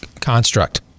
construct